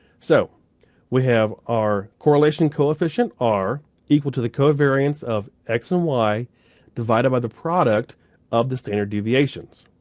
so we have our correlation coefficient r equal to the covariance of x and y divided by the product of the standard deviations.